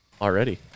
already